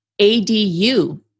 ADU